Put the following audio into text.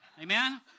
Amen